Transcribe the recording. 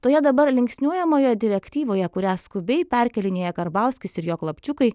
toje dabar linksniuojamoje direktyvoje kurią skubiai perkėlinėja karbauskis ir jo klapčiukai